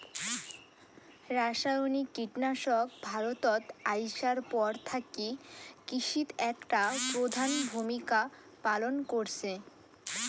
রাসায়নিক কীটনাশক ভারতত আইসার পর থাকি কৃষিত একটা প্রধান ভূমিকা পালন করসে